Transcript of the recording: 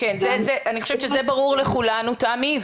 אני חושבת שזה ברור לכולנו, תמי.